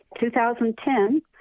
2010